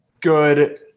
good